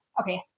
Okay